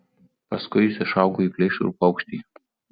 paskui jis išaugo į plėšrų paukštį